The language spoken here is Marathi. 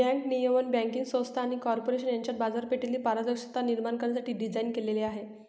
बँक नियमन बँकिंग संस्था आणि कॉर्पोरेशन यांच्यात बाजारपेठेतील पारदर्शकता निर्माण करण्यासाठी डिझाइन केलेले आहे